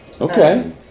okay